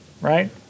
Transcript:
Right